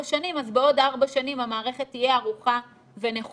שנים אז בעוד ארבע שנים המערכת תהיה ערוכה ונכונה.